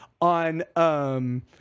on –